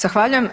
Zahvaljujem.